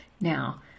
Now